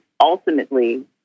ultimately